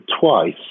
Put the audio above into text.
twice